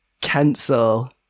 Cancel